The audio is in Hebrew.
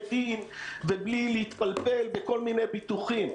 דין ובלי להתפלפל בכל מיני ביטוחים.